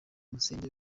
musenge